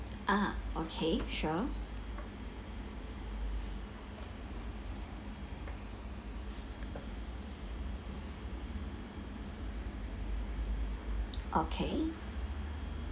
ah okay sure okay